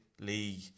league